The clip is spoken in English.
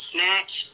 Snatch